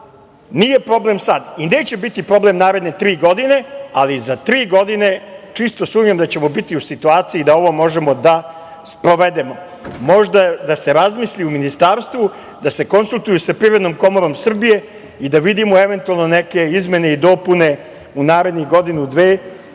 nije problem sad i neće biti problem naredne tri godine, ali za tri godine čisto sumnjam da ćemo biti u situaciji da ovo možemo da sprovedemo. Možda da se razmisli u ministarstvu da se konsultuju sa Privrednom komorom Srbije i da vidimo eventualno neke izmene i dopune u narednih godinu, dve